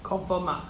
confirm ah